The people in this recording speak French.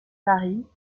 paris